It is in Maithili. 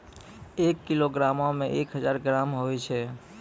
एक किलोग्रामो मे एक हजार ग्राम होय छै